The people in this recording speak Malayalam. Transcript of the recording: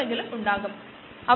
ഇനി നമുക്ക് മറ്റു ആശയങ്ങൾ നോക്കാം